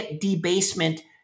debasement